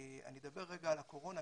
אני אדבר על הקורונה,